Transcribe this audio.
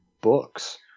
books